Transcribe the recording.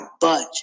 budge